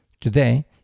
Today